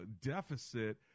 deficit